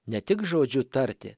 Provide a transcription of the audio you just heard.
ne tik žodžiu tarti